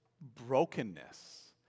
brokenness